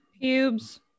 pubes